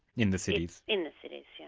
in the cities? in the cities, yeah